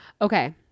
Okay